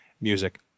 music